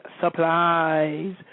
supplies